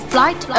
Flight